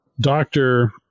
doctor